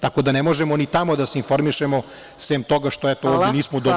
Tako da ne možemo ni tamo da se informišemo, sem toga što nismo dobili…